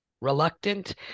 reluctant